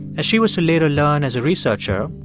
as she was to later learn as a researcher,